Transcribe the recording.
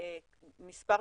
משפחות של ישראלים,